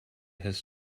his